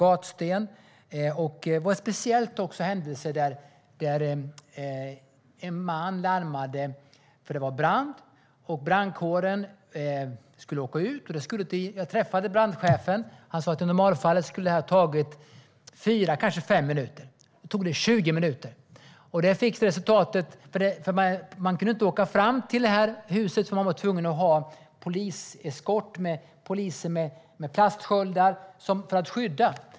Det var också en speciell händelse då en man larmade för att det var brand, och brandkåren skulle åka dit. Jag träffade brandchefen senare, och han sa att i normalfallet skulle det har tagit fyra, kanske fem minuter att komma fram. Nu tog det 20 minuter, för man kunde inte åka fram till huset utan var tvungen att ha eskort av poliser med plastsköldar.